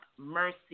Mercy